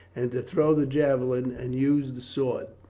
and to throw the javelin and use the sword.